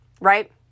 right